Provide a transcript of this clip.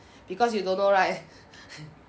because you don't know right